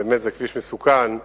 זהו כביש מסוכן.